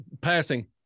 passing